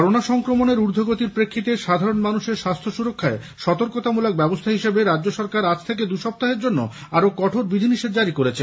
corona সংক্রমণের ঊর্ধ্বগতির প্রেক্ষিতে সাধারণ মানুষের স্বাস্থ্য সুরক্ষায় সতর্কতামূলক ব্যবস্থা হিসাবে রাজ্য সরকার আজ থেকে দুই সপ্তাহের জন্য আরও কঠোর বিধিনিষেধ জারি করেছে